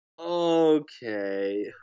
Okay